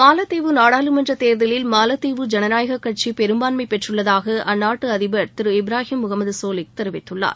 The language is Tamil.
மாலத்தீவு நாடாளுமன்ற தேர்தலில் மாலத்தீவு ஜனநாயக கட்சி பெரும்பான்மை பெற்றுள்ளதாக அந்நாட்டு அதிபர் திரு இப்ராஹிம் முகமது சோலிக் தெரிவித்துள்ளார்